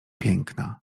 piękna